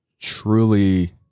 truly